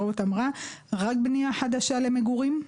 רק בנייה חדשה למגורים,